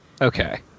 Okay